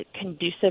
conducive